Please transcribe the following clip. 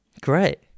Great